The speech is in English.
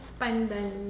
pandan